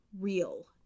real